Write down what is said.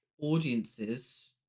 audiences